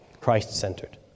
Christ-centered